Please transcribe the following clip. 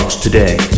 today